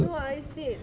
no I said